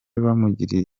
bamugirira